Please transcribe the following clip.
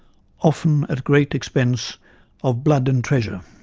often at great expense of blood and treasure,